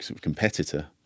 competitor